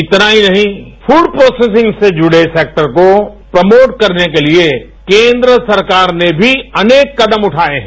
इतना ही नहीं फूड प्रोसेसिंग से जुड़े सेक्टर को प्रमोट करने के लिए केंद्र सरकार ने भी अनेक कदम उठाये हैं